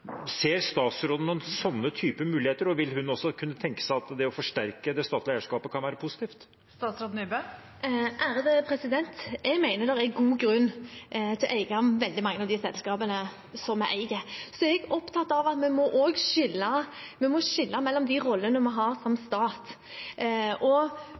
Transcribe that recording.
Ser statsråden noen sånne typer muligheter, og vil hun også kunne tenke seg at det å forsterke det statlige eierskapet kan være positivt? Jeg mener det er god grunn til å eie veldig mange av de selskapene som vi eier. Så er jeg opptatt av at vi må skille mellom de rollene vi har som stat, og